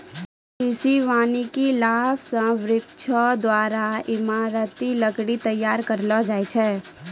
कृषि वानिकी लाभ से वृक्षो द्वारा ईमारती लकड़ी तैयार करलो जाय छै